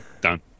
done